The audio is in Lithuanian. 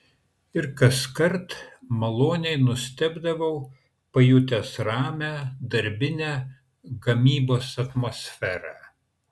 ir kaskart maloniai nustebdavau pajutęs ramią darbinę gamybos atmosferą